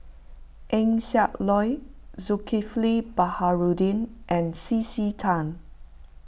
Eng Siak Loy Zulkifli Baharudin and C C Tan